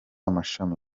amashami